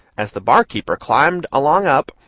as the barkeeper climbed along up,